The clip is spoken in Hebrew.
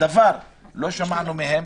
דבר לא שמענו מהם.